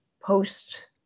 post